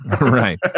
Right